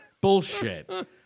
Bullshit